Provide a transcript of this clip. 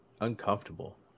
uncomfortable